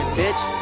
bitch